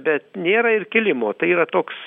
bet nėra ir kilimo tai yra toks